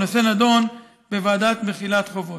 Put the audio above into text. והנושא נדון בוועדת מחילת חובות.